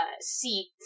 seat